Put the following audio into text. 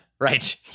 Right